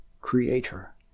creator